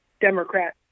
Democrat